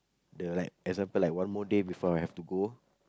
the like example like one more day before I have to go